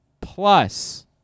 Plus